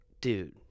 dude